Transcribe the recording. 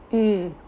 mm